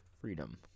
freedom